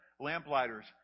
Lamplighters